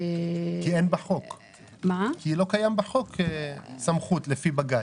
כי אין בחוק, כי לא קיימת בחוק סמכות לפי בג"ץ.